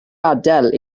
adael